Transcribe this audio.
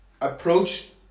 approached